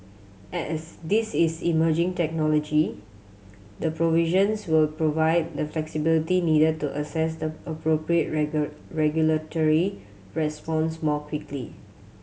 as this is emerging technology the provisions will provide the flexibility needed to assess the appropriate regulatory response more quickly